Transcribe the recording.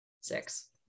Six